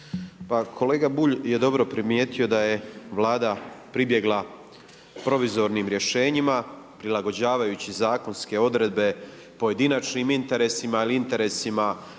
kolega Bulj je dobro primijetio da je Vlada pribjegla provizornim rješenjima prilagođavajući zakonske odredbe pojedinačnim interesima ili interesima